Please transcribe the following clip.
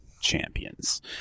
champions